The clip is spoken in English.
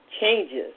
changes